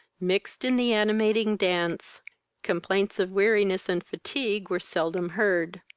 mixed in the animating dance complaints of weariness and fatigue were seldom heard.